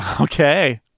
Okay